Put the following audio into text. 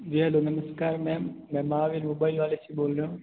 जी hello नमस्कार ma'am मैं Mahavir mobile वाले से बोल रहा हूँ